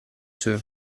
two